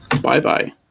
bye-bye